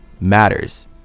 matters